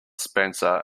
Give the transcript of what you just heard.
spencer